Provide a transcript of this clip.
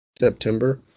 September